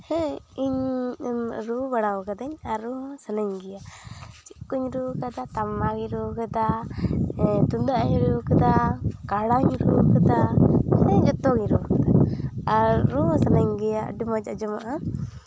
ᱦᱮᱸ ᱤᱧ ᱨᱩ ᱵᱟᱲᱟᱣ ᱠᱟᱹᱫᱟᱹᱧ ᱟᱨ ᱨᱩ ᱦᱚᱸ ᱥᱟᱹᱱᱟᱹᱧ ᱜᱮᱭᱟ ᱪᱮᱫ ᱠᱩᱧ ᱨᱩᱣᱟᱠᱟᱫᱟ ᱴᱟᱢᱟᱠᱤᱧ ᱨᱩᱣᱟᱠᱟᱫᱟ ᱛᱩᱢᱫᱟᱜ ᱤᱧ ᱨᱩᱣᱟᱠᱟᱫᱟ ᱵᱟᱱᱟᱢᱤᱧ ᱨᱩᱣᱟᱠᱟᱫᱟ ᱢᱟᱱᱮ ᱡᱚᱛᱚ ᱜᱤᱧ ᱨᱩᱣᱟᱠᱟᱫᱟ ᱟᱨ ᱨᱩ ᱦᱚᱸ ᱥᱟᱱᱟᱧ ᱜᱮᱭᱟ ᱟᱹᱰᱤ ᱢᱚᱡᱽ ᱟᱸᱡᱚᱢᱚᱜᱼᱟ